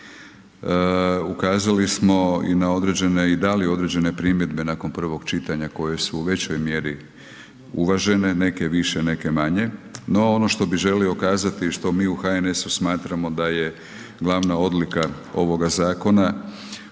Ukazali smo i na određene i dali određene primjedbe nakon prvog čitanja koje su u većoj mjeri uvažene, neke više, neke manje. No ono što bih želio kazati što mi u HNS-u smatramo da je glavna odlika ovoga zakona